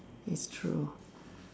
it's true